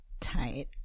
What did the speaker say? tight